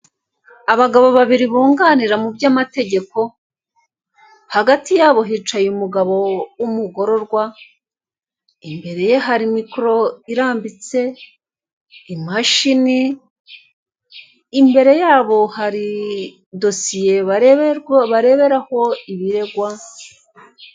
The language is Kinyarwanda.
Abagabo babiri bunganira mu by'amategeko, hagati yabo hicaye umugabo w'umugororwa, imbere ye hari mikoro irambitse, imashini imbere yabo hari dosiye bareberwa bareberaho ibiregwa.